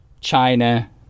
China